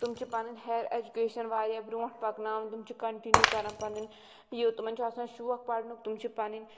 تِم چِھ پَنٕنۍ ہایَر اؠجُکیشَن واریاہ برونٛٹھ پَکناوان تم چھِ کَنٹِنیوٗ کَران پَنُن یہِ تِمَن چھِ آسان شوق پَرنُک تِم چھ پَنٕنۍ